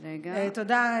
תודה.